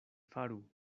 faru